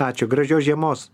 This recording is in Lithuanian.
ačiū gražios žiemos